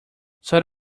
sort